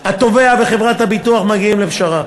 התובע וחברת הביטוח מגיעים לפשרה.